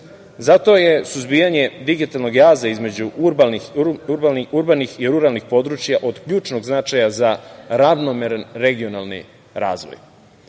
je suzbijanje digitalnog jaza između urbanih i ruralnih područja od ključnog značaja za ravnomeran regionalni razvoj. Ono